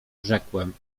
rzekłem